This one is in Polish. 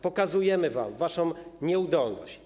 Pokazujemy wam waszą nieudolność.